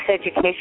education